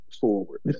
forward